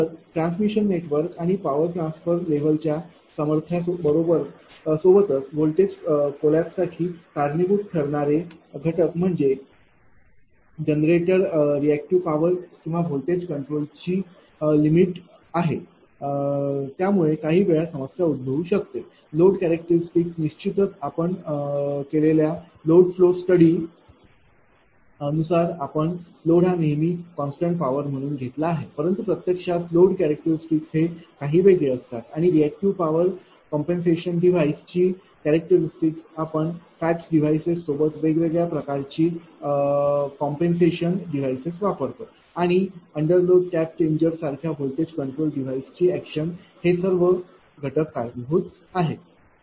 तर transmission network आणि power transfer level च्या सामर्थ्यासोबतच व्होल्टेज कोलैप्ससाठी कारणीभूत ठरणारे घटक म्हणजे जनरेटर रीएक्टिव पॉवर किंवा व्होल्टेज कंट्रोलची लिमिट मर्यादा आहे यामुळे काहीवेळा समस्या उद्भवू शकते लोड केरक्टरिस्टिक निश्चितच आपण केलेल्या लोड फ्लो स्टडी नुसार आपण लोड हा नेहमी कॉन्स्टंट पावर म्हणून घेतला आहे परंतु प्रत्यक्षात लोड केरक्टरिस्टिक हे काही वेगळे असतात आणि रिऍक्टिव्ह पॉवर कॉम्पेन्सेशन डिवाइस ची केरक्टरिस्टिक आपण FACTS डिवाइसेस सोबतच वेगवेगळ्या प्रकारची कॉम्पेन्सेशन डिवाइसेस वापरतो आणि अंडर लोड टॅप चेंजर्स सारख्या व्होल्टेज कंट्रोल डिव्हाइसची एक्शन असे हे सर्व घटक कारणीभूत आहेत